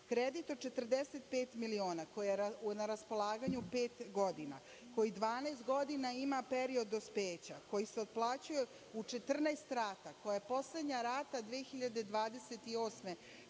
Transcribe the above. Kredit od 45 miliona koji je na raspolaganju pet godina, koji 12 godina ima period dospeća, koji se otplaćuje u 14 rata, kojem poslednja rata 2028. godine